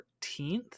14th